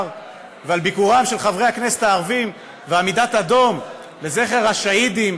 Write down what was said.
ועל ביקורם של חברי הכנסת הערבים ועמידת הדום לזכר השהידים,